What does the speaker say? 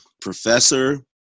professor